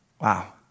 Wow